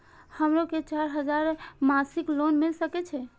हमरो के चार हजार मासिक लोन मिल सके छे?